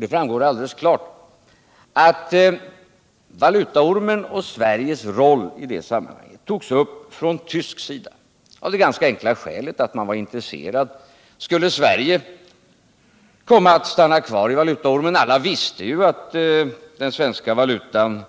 Det framgår alldeles klart att valutaormen och Sveriges roll i det sammanhanget togs upp från tysk sida av det ganska enkla skälet att man var intresserad av om Sverige skulle stanna kvar i valutaormen eller inte. Alla visste ju att den svenska valutan